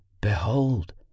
behold